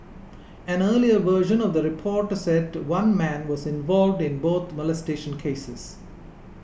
an earlier version of the report said one man was involved in both molestation cases